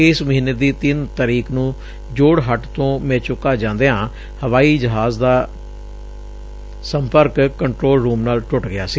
ਇਸ ਮਹੀਨੇ ਦੀ ਤਿੰਨ ਤਰੀਕ ਨੁੰ ਜੋੜਹੱਟ ਤੋਂ ਮੇਚੁਕਾ ਜਾਂਦਿਆਂ ਹਵਾਈ ਜਹਾਜ਼ ਦਾ ਕੰਟਰੋਲ ਰੁਮ ਨਾਲ ਸੰਪਰਕ ਟੁੱਟ ਗਿਆ ਸੀ